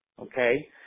Okay